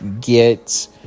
get